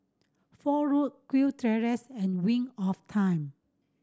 Fort Road Kew Terrace and Wing of Time